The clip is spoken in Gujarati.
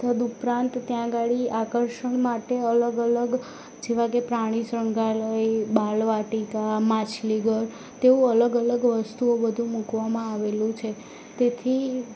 તદુપરાંત ત્યાં ગાડી આકર્ષણ માટે અલગ અલગ જેવાં કે પ્રાણી સંગ્રહાલય બાળવાટિકા માછલી ઘર તેવું અલગ અલગ વસ્તુઓ બધું મૂકવામાં આવેલું છે તેથી